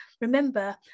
remember